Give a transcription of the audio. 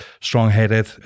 strong-headed